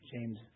James